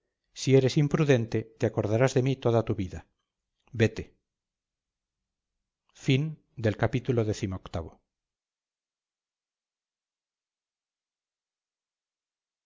si eres imprudente te acordarás de mí toda tu vida vete ii